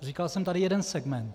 Říkal jsem tady jeden segment.